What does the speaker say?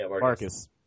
Marcus